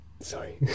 sorry